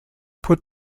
put